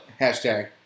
Hashtag